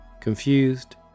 Confused